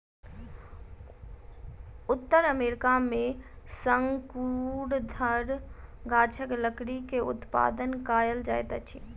उत्तर अमेरिका में शंकुधर गाछक लकड़ी के उत्पादन कायल जाइत अछि